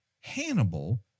Hannibal